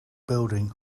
building